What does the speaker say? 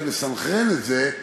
גם לסנכרן את זה,